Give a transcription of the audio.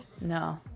No